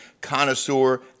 connoisseur